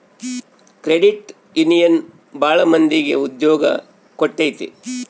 credit union ಭಾಳ ಮಂದಿಗೆ ಉದ್ಯೋಗ ಕೊಟ್ಟೈತಿ